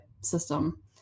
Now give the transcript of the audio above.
system